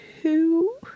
two